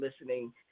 listening